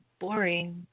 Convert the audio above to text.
boring